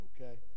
okay